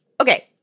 Okay